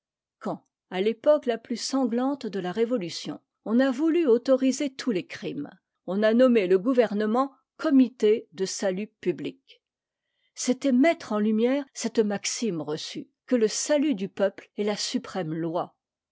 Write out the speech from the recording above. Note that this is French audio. quand à l'époque la plus sanglante de la révolution on a voulu autoriser tous les crimes on a nommé le gouvernement conm ë de salut public c'était mettre en tunuère cette maxime reçue que le salut du peuple est ta suprême loi